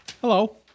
Hello